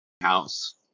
house